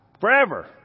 Forever